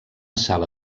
sala